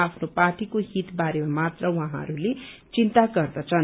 आफ्नो पार्टीको हित बारेमा मात्र उहाँहरूले चिनता गर्दछन्